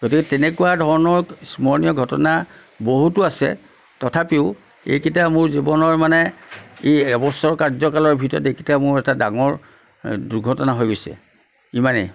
গতিকে তেনেকুৱা ধৰণৰ স্মৰণীয় ঘটনা বহুতো আছে তথাপিও এইকেইটা মোৰ জীৱনৰ মানে এই এবছৰ কাৰ্য্যকালৰ ভিতৰত এইকেইটা মোৰ এটা ডাঙৰ দুৰ্ঘটনা হৈ গৈছে ইমানেই